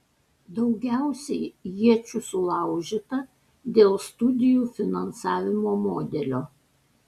daugiausiai iečių sulaužyta dėl studijų finansavimo modelio